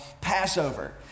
Passover